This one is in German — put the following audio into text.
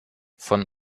von